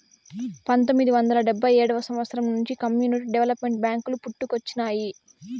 పంతొమ్మిది వందల డెబ్భై ఏడవ సంవచ్చరం నుండి కమ్యూనిటీ డెవలప్మెంట్ బ్యేంకులు పుట్టుకొచ్చినాయి